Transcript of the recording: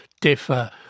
differ